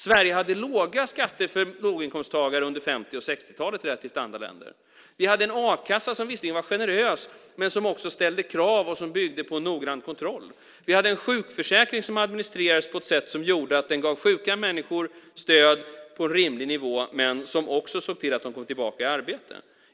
Sverige hade låga skatter för låginkomsttagare under 50 och 60-talen relativt andra länder. Vi hade en a-kassa som visserligen var generös men som också ställde krav och som byggde på noggrann kontroll. Vi hade en sjukförsäkring som administrerades på ett sätt som gjorde att den gav sjuka människor stöd på rimlig nivå men som också såg till att de kom tillbaka i arbete.